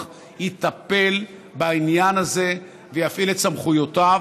יטפל בעניין הזה ויפעיל את סמכויותיו.